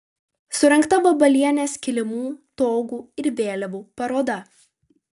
surengta vabalienės kilimų togų ir vėliavų paroda